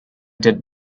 did